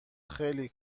خیلی